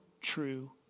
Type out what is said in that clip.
true